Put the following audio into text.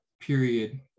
period